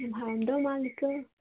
ꯌꯥꯝ ꯍꯥꯎꯔꯝꯗꯧ ꯃꯥꯜꯂꯤꯀꯣ